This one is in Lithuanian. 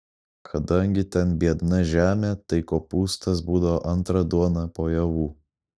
kadangi ten biedna žemė tai kopūstas būdavo antra duona po javų